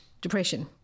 depression